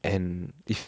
and if